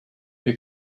who